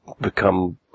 become